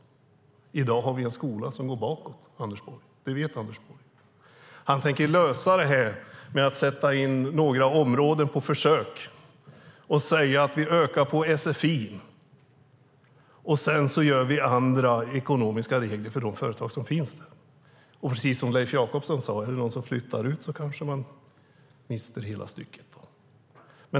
I dag har vi en skola som går bakåt, och det vet Anders Borg. Han tänker lösa det här med att sätta in några områden på försök och säga att vi ökar på sfi och gör andra ekonomiska regler för de företag som finns där. Precis som Leif Jakobsson sade: Den som flyttar ut kanske mister hela stycket.